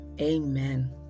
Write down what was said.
Amen